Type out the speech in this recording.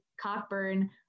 Cockburn